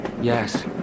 Yes